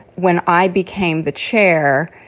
when i became the chair.